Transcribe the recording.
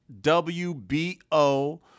WBO